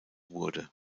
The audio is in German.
wurde